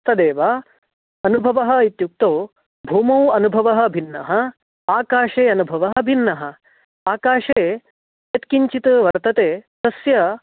तदेव अनुभवः इत्युक्तौ भूमौ अनुभवः भिन्नः आकाशे अनुभवः भिन्नः आकाशे यत्किञ्चित् वर्तते तस्य